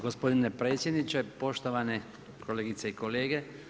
Gospodine predsjedniče, poštovane kolegice i kolege.